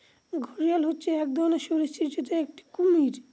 ঘড়িয়াল হচ্ছে এক ধরনের সরীসৃপ যেটা একটি কুমির